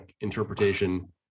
interpretation